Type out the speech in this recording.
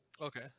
Okay